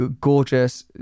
gorgeous